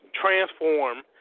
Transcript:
transform